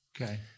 Okay